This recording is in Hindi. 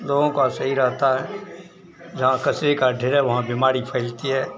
लोगों का सही रहता है जहाँ कचरे का ढेर है वहाँ बीमारी फैलती है